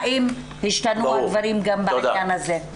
האם השתנו הדברים גם בעניין הזה.